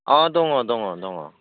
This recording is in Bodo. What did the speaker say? अ दङ दङ दङ